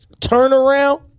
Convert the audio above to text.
Turnaround